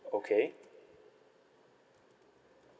okay